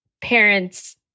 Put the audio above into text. parents